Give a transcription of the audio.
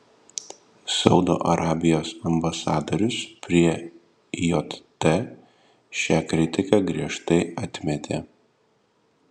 saudo arabijos ambasadorius prie jt šią kritiką griežtai atmetė